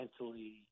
mentally